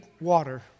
water